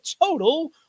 Total